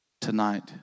tonight